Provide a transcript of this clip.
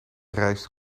reist